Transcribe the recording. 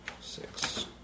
six